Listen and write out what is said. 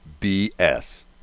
BS